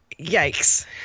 yikes